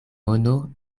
mono